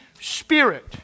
Spirit